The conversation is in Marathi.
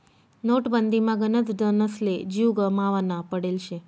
नोटबंदीमा गनच जनसले जीव गमावना पडेल शे